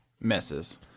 misses